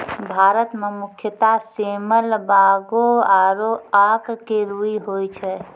भारत मं मुख्यतः सेमल, बांगो आरो आक के रूई होय छै